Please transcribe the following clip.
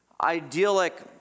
idyllic